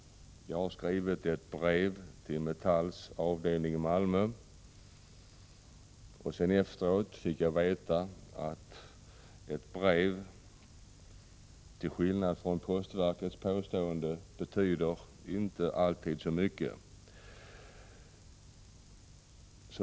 Jag hade skrivit ett brev till Metalls avdelning i Malmö. Efteråt fick jag veta att ett brev — till skillnad från postverkets påstående — inte alltid betyder så mycket.